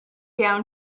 down